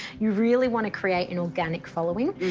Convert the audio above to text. you really want to create an organic following,